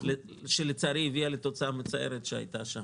שלצערי הביאה לתוצאה המצערת שהייתה שם.